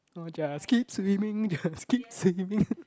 orh just keep swimming just keep swimming